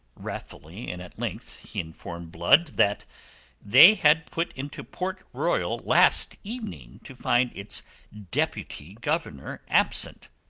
wrathfully and at length he informed blood that they had put into port royal last evening to find its deputy-governor absent.